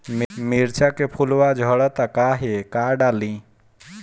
मिरचा के फुलवा झड़ता काहे का डाली?